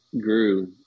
grew